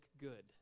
good